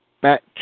back